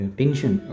tension